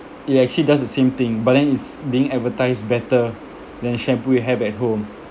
it actually does the same thing but then it's being advertised better than shampoo you have at home